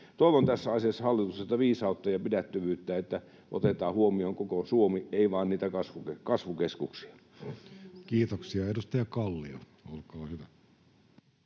Toivon tässä asiassa hallitukselta viisautta ja pidättyvyyttä, että otetaan huomioon koko Suomi, ei vain niitä kasvukeskuksia. Kiitoksia. — Edustaja Kallio, olkaa hyvä.